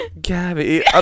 Gabby